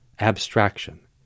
abstraction